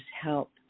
Help